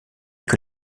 que